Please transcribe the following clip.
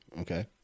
Okay